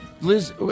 Liz